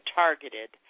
targeted